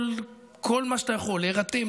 וכל מה שאתה יכול להירתם,